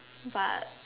but